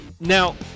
Now